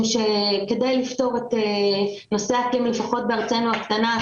שכדי לפתור את נושא האקלים לפחות בארצנו הקטנה,